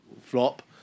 flop